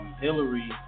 Hillary